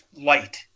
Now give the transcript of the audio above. light